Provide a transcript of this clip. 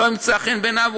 לא ימצא חן בעיניו,